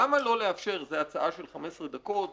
למה לא לאפשר זו הצעה של 15 דקות,